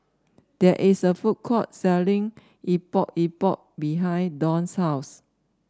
there is a food court selling Epok Epok behind Dawn's house